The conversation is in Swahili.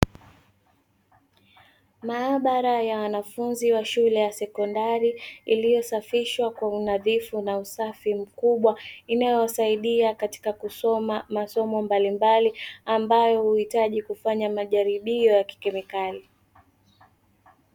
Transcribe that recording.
Maabara ya wanafunzi wa shule ya sekondari iliyosafishwa kwa unadhifu na usafi mkubwa, inayosaidia katika kusoma masomo mbalimbali ambayo huhitaji kufanya majaribio ya kikemikali.